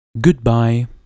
Goodbye